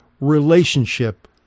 relationship